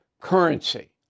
currency